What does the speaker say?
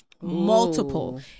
multiple